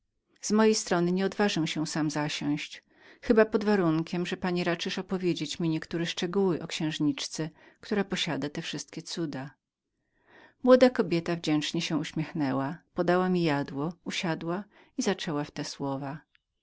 z mojej strony nie odważę się sam zasiąść chyba pod warunkiem że pani raczysz opowiedzieć mi niektóre szczegóły o księżniczce która posiada te wszystkie cuda młoda kobieta wdzięcznie się uśmiechnęła podała mi jadło usiadła i zaczęła w te słowa